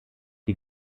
die